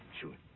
Sure